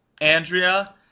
Andrea